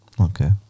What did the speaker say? Okay